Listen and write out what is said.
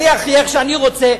אני אחיה איך שאני רוצה,